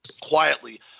Quietly